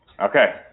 Okay